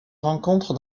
rencontre